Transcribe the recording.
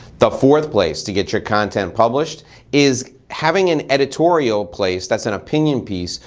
the fourth place to get your content published is having an editorial placed, that's an opinion piece,